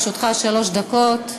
לרשותך שלוש דקות.